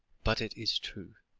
but it is true.